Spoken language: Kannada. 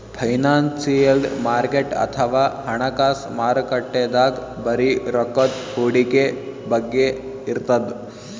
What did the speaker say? ಫೈನಾನ್ಸಿಯಲ್ ಮಾರ್ಕೆಟ್ ಅಥವಾ ಹಣಕಾಸ್ ಮಾರುಕಟ್ಟೆದಾಗ್ ಬರೀ ರೊಕ್ಕದ್ ಹೂಡಿಕೆ ಬಗ್ಗೆ ಇರ್ತದ್